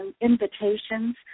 invitations